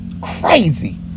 Crazy